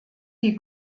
die